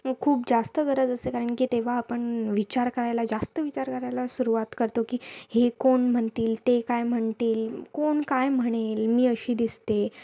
खूप जास्त गरज असते कारण की तेव्हा आपण विचार करायला जास्त विचार करायला सुरुवात करतो की हे कोण म्हणतील ते काय म्हणतील कोण काय म्हणेल मी अशी दिसते